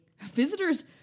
visitors